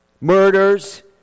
Murders